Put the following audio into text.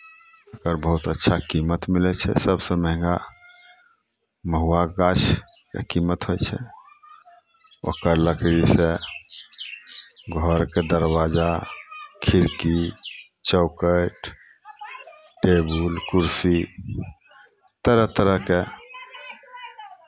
एकर बहुत अच्छा कीमत मिलै छै सभसँ महंगा महुआके गाछके कीमत होइ छै ओकर लकड़ीसँ घरके दरवाजा खिड़की चौखटि टेबुल कुरसी तरह तरहके